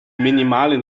minimalen